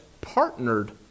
partnered